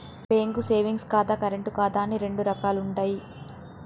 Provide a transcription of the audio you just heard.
bank savings ఖాతా, current ఖాతా అని రెండు రకాలుంటయ్యి